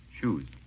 Shoes